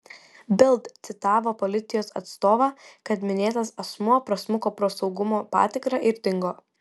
bild citavo policijos atstovą kad minėtas asmuo prasmuko pro saugumo patikrą ir dingo